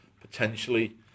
potentially